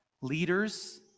leaders